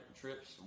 trips